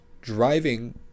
driving